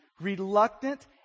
reluctant